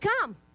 come